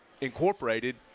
incorporated